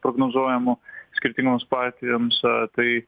prognozuojamo skirtingoms partijoms tai